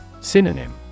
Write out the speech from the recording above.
Synonym